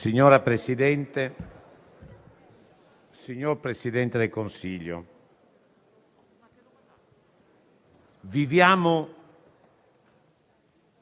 Signora Presidente, signor Presidente del Consiglio,